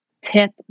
tip